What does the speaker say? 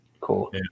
Cool